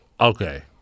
Okay